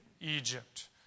Egypt